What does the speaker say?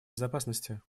безопасности